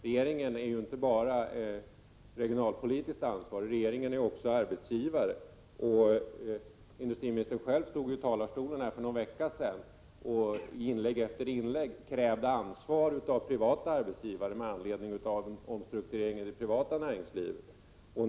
Regeringen är ju inte bara regionalpolitiskt ansvarig utan också arbetsgivare. Industriministern krävde själv från denna talarstol för någon vecka sedan i inlägg efter inlägg ansvar från privata arbetsgivare i samband med omstruktureringar i det privata näringslivet.